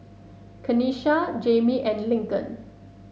Kanesha Jamie and Lincoln